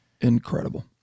Incredible